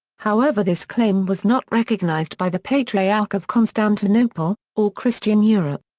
however this claim was not recognized by the patriarch of constantinople, or christian europe.